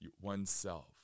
oneself